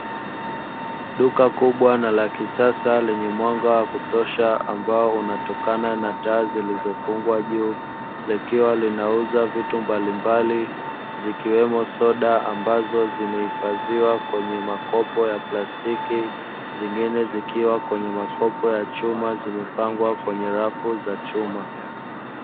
Duka kubwa na la kisasa lenye mwanga wa kutosha, ambao unatokana na taa zilizofungwa juu. Likiwa linauza vitu mbali mbali zikiwemo, soda ambazo zimehifadhiwa kwenye makopo ya plastiki na zingine zikiwa kwenye makopo ya chuma; zimepangwa kwenye rafu za chuma.